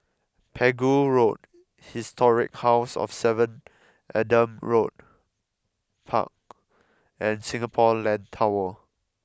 Pegu Road Historic House of Seven Adam Road Park and Singapore Land Tower